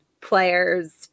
players